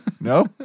No